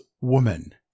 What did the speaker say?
woman